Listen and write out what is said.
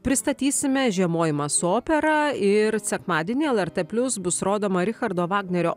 pristatysime žiemojimą su operą ir sekmadienį lrt plius bus rodoma richardo vagnerio